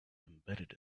embedded